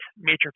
major